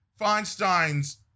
Feinstein's